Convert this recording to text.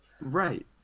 right